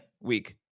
week